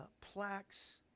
plaques